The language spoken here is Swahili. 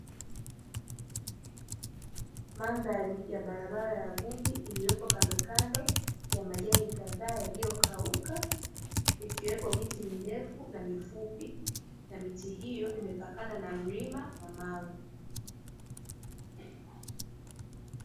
Mandhari ya barabara ya vumbi iliyopo kandokando ya majani kadhaa yakiyokauka, ikiwepo miti mirefu na mifupi na miti hiyo imepakana na mlima wa mawe.